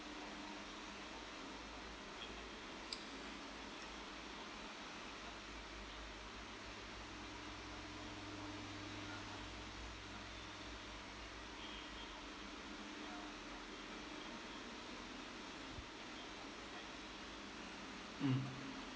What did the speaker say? mm